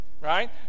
Right